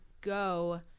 go